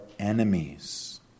enemies